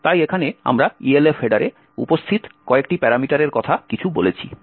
তাই এখানে আমরা ELF হেডারে উপস্থিত কয়েকটি প্যারামিটারের কথা কিছু বলেছি